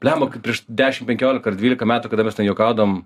blemba kai prieš dešim penkiolika ar dvylika metų kada mes juokaudavom